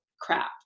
crap